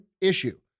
issue